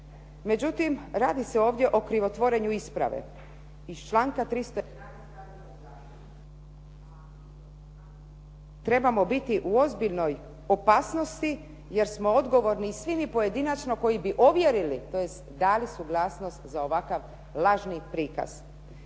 isključila i ponovno uključila./… a trebamo biti u ozbiljnoj opasnosti jer smo odgovorni svi mi pojedinačno koji bi ovjerili, tj. dali suglasnost za ovakav lažni prikaz.